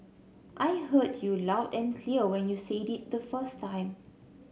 I heard you loud and clear when you said it the first time